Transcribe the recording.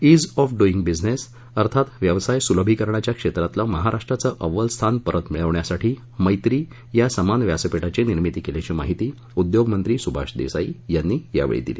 ease of doing business अर्थात व्यवसाय सुलभीकरणाच्या क्षेत्रातलं महाराष्ट्राचं अव्वल स्थान परत मिळवण्यासाठी मैत्री या समान व्यासपीठाची निर्मिती केल्याची माहिती उदयोगमंत्री सुभाष देसाई यांनी दिली